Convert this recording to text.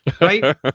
Right